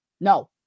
No